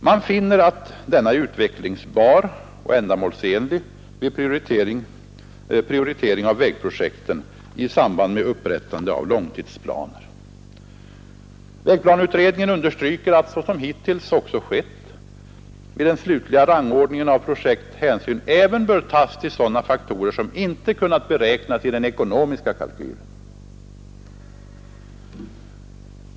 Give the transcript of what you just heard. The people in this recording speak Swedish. Man finner att den är utvecklingsbar och ändamålsenlig vid prioritering av vägprojekt i samband med upprättande av långtidsplaner. Vägplaneutredningen understryker att — såsom hittills också skett — vid den slutliga rangordningen av projekt hänsyn också bör tas till sådana faktorer som inte kunnat beräknas i den ekonomiska kalkylen.